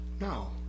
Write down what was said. no